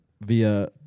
via